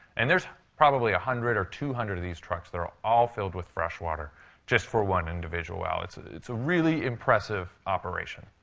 and there's probably one hundred or two hundred of these trucks that are all filled with fresh water just for one individual well. it's it's a really impressive operation.